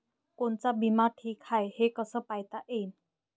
कोनचा बिमा ठीक हाय, हे कस पायता येईन?